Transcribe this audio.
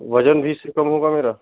वज़न भी इससे कम होगा मेरा